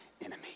enemy